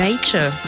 Nature